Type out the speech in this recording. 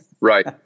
Right